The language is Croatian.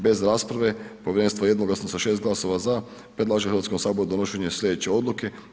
Bez rasprave, povjerenstvo jednoglasno sa 6 glasova „za“ predlaže Hrvatskom saboru donošenje slijedeće odluke.